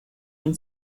von